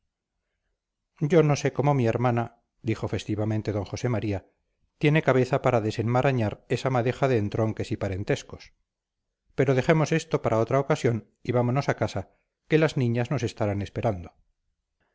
yo no sé cómo mi hermana dijo festivamente d josé maría tiene cabeza para desenmarañar esa madeja de entronques y parentescos pero dejemos esto para otra ocasión y vámonos a casa que las niñas nos estarán esperando